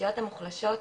שהאוכלוסיות המוחלשות,